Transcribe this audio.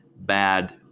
bad